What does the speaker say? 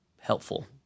helpful